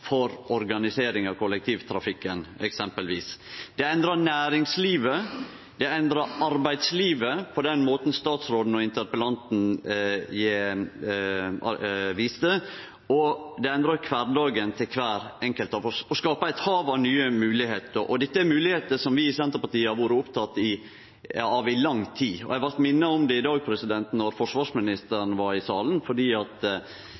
for organisering av kollektivtrafikken, eksempelvis. Det endrar næringslivet, det endrar arbeidslivet på den måten statsråden og interpellanten viste, det endrar kvardagen til kvar enkelt av oss, og det skapar eit hav av nye moglegheiter. Dette er moglegheiter vi i Senterpartiet har vore opptekne av i lang tid. Eg blei minna om det i dag då forsvarsministeren var i salen, for forsvarsminister